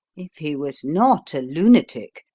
if he was not a lunatic,